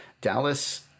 Dallas